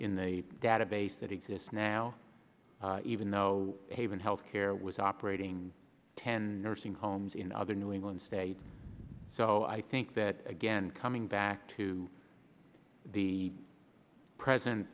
in the database that exist now even though haven health care was operating ten nursing homes in other new england states so i think that again coming back to the present